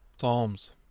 Psalms